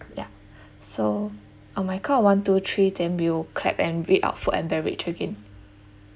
ya so on my count of one two three then we'll clap and read out food and beverage again